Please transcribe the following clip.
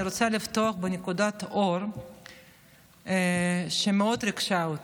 אני רוצה לפתוח בנקודת אור שמאוד ריגשה אותי.